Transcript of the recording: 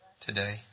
today